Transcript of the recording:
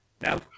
No